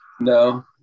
No